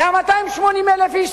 מ-280,000 האיש,